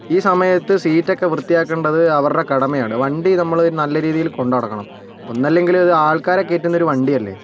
ഈ സമയത്ത് സീറ്റ് ഒക്കെ വൃത്തിയാക്കേണ്ടത് അവരുടെ കടമയാണ് വണ്ടി നമ്മൾ നല്ല രീതിയിൽ കൊണ്ടുനടക്കണം ഒന്നല്ലെങ്കിൽ ഒരു ആൾക്കാരെ കയറ്റുന്നൊരു വണ്ടിയല്ലേ